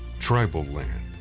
tribal land.